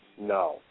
No